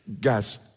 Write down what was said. Guys